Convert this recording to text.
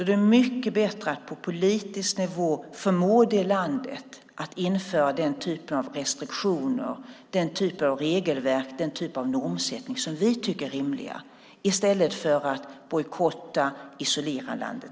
Det är mycket bättre att på politisk nivå förmå landet i fråga att införa den typ av restriktioner, den typ av regelverk och den typ av normsättning som vi tycker är rimliga i stället för att bojkotta och isolera landet.